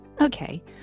Okay